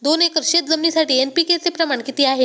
दोन एकर शेतजमिनीसाठी एन.पी.के चे प्रमाण किती आहे?